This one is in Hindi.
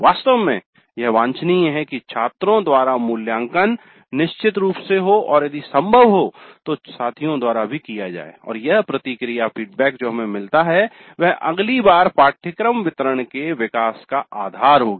वास्तव में यह वांछनीय है कि छात्रों द्वारा मूल्यांकन निश्चित रूप से हो और यदि संभव हो तो साथियों द्वारा भी किया जाए और यह प्रतिक्रिया जो हमें मिलता है वह अगली बार पाठ्यक्रम वितरण के विकास का आधार होगी